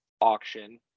auction